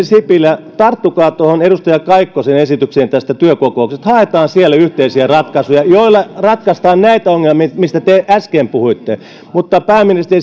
sipilä tarttukaa edustaja kaikkosen esitykseen työkokouksesta haetaan siellä yhteisiä ratkaisuja joilla ratkaistaan näitä ongelmia mistä te äsken puhuitte mutta pääministeri